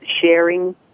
sharing